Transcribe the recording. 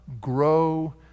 grow